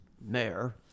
mayor